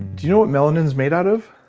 you know what melanin's made out of?